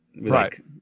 Right